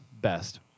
best